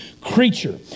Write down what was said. creature